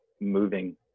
moving